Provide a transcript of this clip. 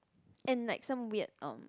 and like some weird um